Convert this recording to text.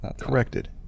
corrected